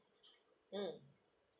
mm